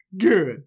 Good